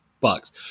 Bucks